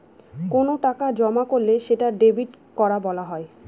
কোনো টাকা জমা করলে সেটা ডেবিট করা বলা হয়